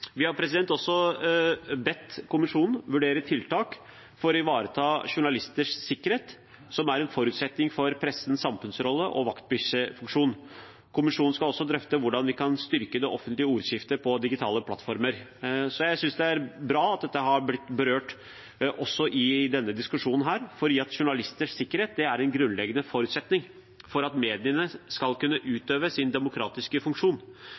Kommisjonen skal også drøfte hvordan vi kan styrke det offentlige ordskiftet på digitale plattformer. Jeg synes det er bra at det har blitt berørt i denne diskusjonen, fordi journalisters sikkerhet er en grunnleggende forutsetning for at mediene skal kunne utøve sin demokratiske funksjon.